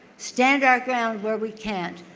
stand our ground where we can't.